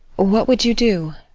what would you do?